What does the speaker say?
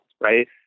right